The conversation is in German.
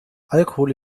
alkohol